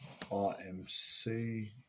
RMC